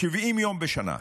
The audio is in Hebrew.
70 יום בשנה.